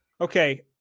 Okay